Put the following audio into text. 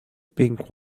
pink